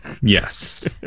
yes